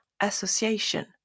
Association